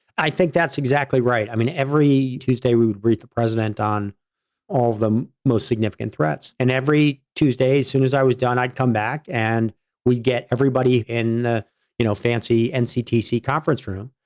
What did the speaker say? i think that's exactly right. i mean, every tuesday, we would reach the president on all the most significant threats. and every tuesday, as soon as i was done, i'd come back and we'd get everybody in, you you know, fancy nctc conference room.